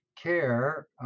care